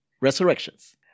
resurrections